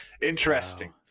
interesting